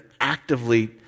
actively